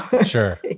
Sure